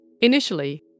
Initially